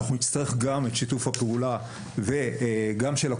אנחנו נצטרך גם את שיתוף הפעולה של הקופות,